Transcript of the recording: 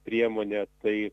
priemonė tai